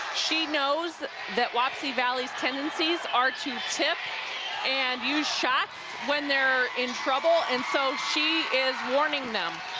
she knows that wapsie valley's tendencies are to tip and use shots when they're in trouble, and so she is warning them.